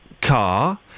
car